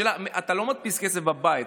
השאלה, אתה לא מדפיס כסף בבית.